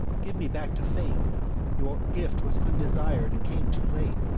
give me back to fate your gift was undesir'd, and came too late!